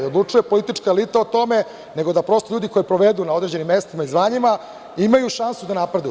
Ne odlučuje politička elita o tome, nego da prosto ljudi koji provedu na određenim mestima i zvanjima imaju šansu da napreduju.